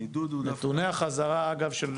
יש לי שאלה, לא יודע אם